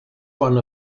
one